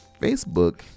Facebook